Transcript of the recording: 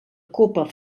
copa